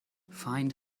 find